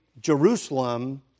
Jerusalem